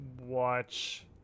watch